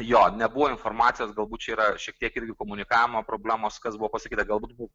jo nebuvo informacijos galbūt čia yra šiek tiek ir jų komunikavimo problemos kas buvo pasakyta galbūt bu